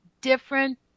different